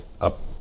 up